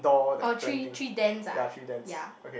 oh three three dents ah ya